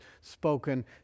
spoken